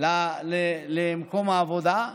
למקום העבודה,